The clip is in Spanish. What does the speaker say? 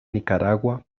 nicaragua